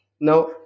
Now